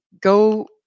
go –